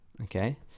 okay